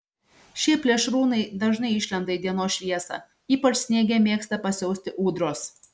šie plėšrūnai dažnai išlenda į dienos šviesą ypač sniege mėgsta pasiausti ūdros